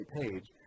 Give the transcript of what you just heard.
page